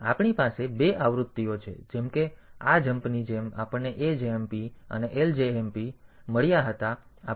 તેથી આપણી પાસે બે આવૃત્તિઓ છે જેમ કે આ જમ્પની જેમ આપણને ajmp અને ljmp મળ્યા હતા